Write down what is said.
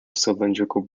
cylindrical